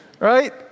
right